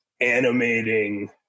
animating